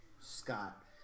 Scott